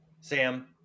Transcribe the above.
Sam